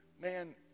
man